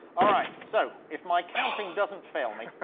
all right. so, if my counting doesn't fail me,